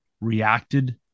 Reacted